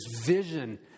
vision